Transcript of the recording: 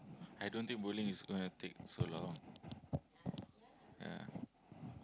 I don't think bowling is gonna take so long ya